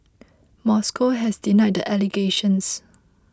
Moscow has denied the allegations